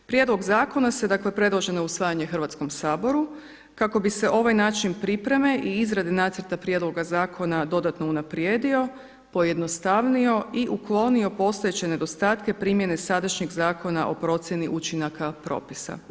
Prijedlog zakona se, dakle predloženo je usvajanje Hrvatskom saboru kako bi se ovaj način pripreme i izrade Nacrta prijedloga zakona dodatno unaprijedio, pojednostavnio i uklonio postojeće nedostatke primjene sadašnjeg Zakona o procjeni učinaka propisa.